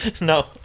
No